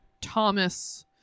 Thomas